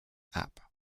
app